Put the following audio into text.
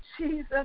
Jesus